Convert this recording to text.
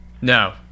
no